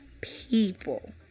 people